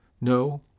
No